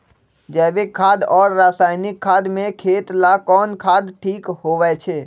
जैविक खाद और रासायनिक खाद में खेत ला कौन खाद ठीक होवैछे?